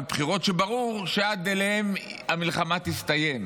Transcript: על בחירות שברור שעד אליהן המלחמה תסתיים.